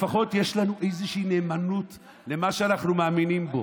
לפחות יש לנו איזושהי נאמנות למה שאנחנו מאמינים בו.